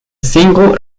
single